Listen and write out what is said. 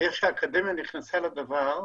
ואיך שהאקדמיה נכנסה לדבר,